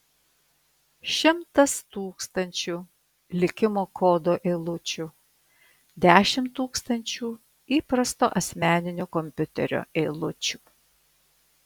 šimtas tūkstančių likimo kodo eilučių dešimt tūkstančių įprasto asmeninio kompiuterio eilučių